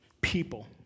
people